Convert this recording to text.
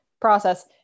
process